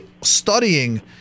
studying